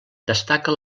destaca